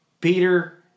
Peter